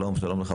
שלום לך,